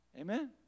Amen